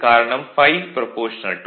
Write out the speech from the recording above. காரணம் ∅ Ia